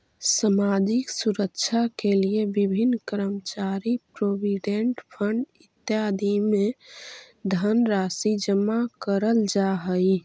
सामाजिक सुरक्षा के लिए विभिन्न कर्मचारी प्रोविडेंट फंड इत्यादि में धनराशि जमा करल जा हई